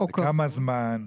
לכמה זמן,